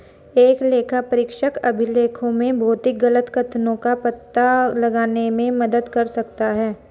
एक लेखापरीक्षक अभिलेखों में भौतिक गलत कथनों का पता लगाने में मदद कर सकता है